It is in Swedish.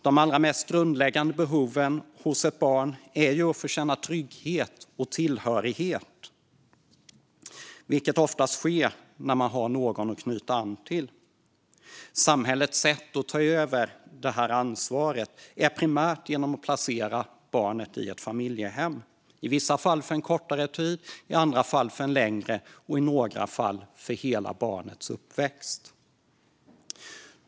De allra mest grundläggande behoven hos ett barn är att få känna trygghet och tillhörighet, vilket oftast sker när man har någon att knyta an till. Samhällets sätt att ta över detta ansvar är primärt att placera barnet i ett familjehem, i vissa fall för en kortare tid, i andra fall för en längre och i några fall för hela barnets uppväxt.